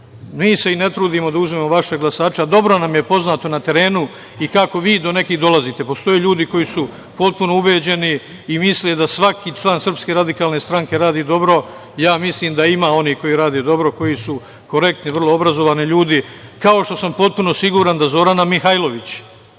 Mi se i ne trudimo da uzmemo vaše glasače, a dobro nam je poznato na terenu i kako vi do nekih dolazite. Postoje ljudi koji su potpuno ubeđeni i misle da svaki član SRS rade dobro. Ja mislim da ima onih koji rade dobro, koji su korektni, vrlo obrazovani ljudi, kao što sam potpuno siguran da Zorana Mihajlović,